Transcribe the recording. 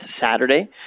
Saturday